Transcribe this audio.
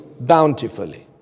bountifully